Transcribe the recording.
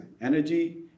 energy